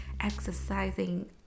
Exercising